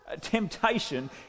Temptation